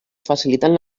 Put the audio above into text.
facilitant